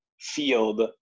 field